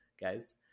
guys